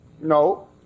No